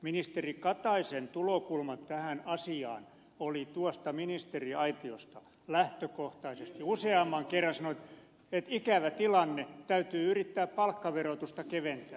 ministeri kataisen tulokulma tähän asiaan oli tuosta ministeriaitiosta lähtökohtaisesti sellainen että hän useamman kerran sanoi että ikävä tilanne täytyy yrittää palkkaverotusta keventää